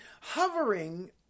Hovering